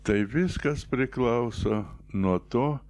tai viskas priklauso nuo to